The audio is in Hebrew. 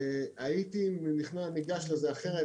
הייתי ניגש לזה אחרת,